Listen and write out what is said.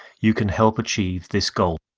you can help achieve this goal.